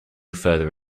further